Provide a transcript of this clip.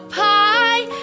pie